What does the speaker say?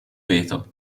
veto